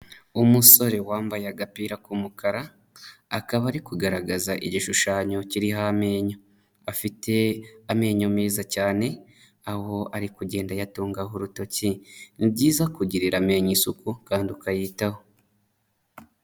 Umusore wambaye agapira k'umukara, akaba ari kugaragaza igishushanyo kiriho amenyo, afite amenyo meza cyane aho ari kugendayatungaho urutoki, ni byiza kugirira amenya isuku kandi ukayitaho.